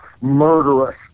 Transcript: murderous